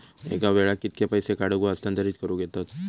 एका वेळाक कित्के पैसे काढूक व हस्तांतरित करूक येतत?